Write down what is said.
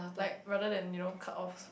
like rather than you know cut off